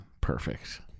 Perfect